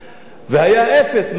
והיה אפס מעשים.